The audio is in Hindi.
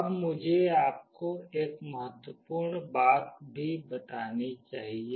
अब मुझे आपको एक महत्वपूर्ण बात भी बतानी चाहिए